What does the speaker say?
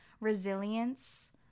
resilience